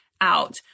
out